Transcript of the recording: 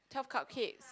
Twelve Cupcakes